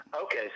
Okay